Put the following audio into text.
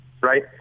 right